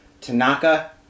Tanaka